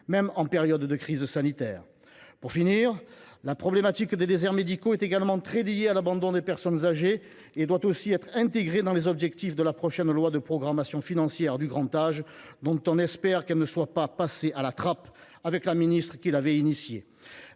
même en période de crise sanitaire. Pour finir, la problématique des déserts médicaux est également très liée à l’abandon des personnes âgées et doit aussi être intégrée dans les objectifs de la prochaine loi de programmation financière du grand âge, dont on espère qu’elle n’est pas passée à la trappe avec la ministre qui l’avait engagée.